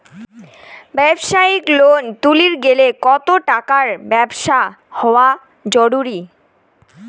ব্যবসায়িক লোন তুলির গেলে কতো টাকার ব্যবসা হওয়া জরুরি?